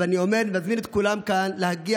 אבל אני עומד ומזמין את כולם כאן להגיע